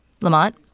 Lamont